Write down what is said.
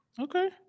Okay